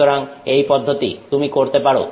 সুতরাং এই পদ্ধতি তুমি করতে পারো